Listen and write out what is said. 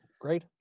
Great